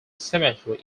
cemetery